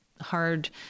hard—